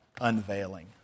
unveiling